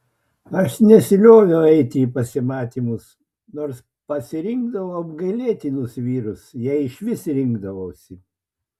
aš nesilioviau eiti į pasimatymus nors pasirinkdavau apgailėtinus vyrus jei išvis rinkdavausi